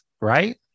right